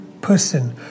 person